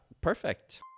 Perfect